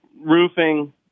roofing